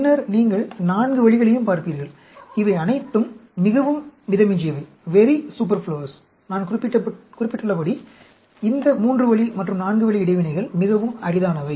பின்னர் நீங்கள் நான்கு வழிகளையும் பார்ப்பீர்கள் இவை அனைத்தும் மிகவும் மிதமிஞ்சியவை நான் குறிப்பிட்டுள்ளபடி இந்த மூன்று வழி மற்றும் நான்கு வழி இடைவினைகள் மிகவும் அரிதானவை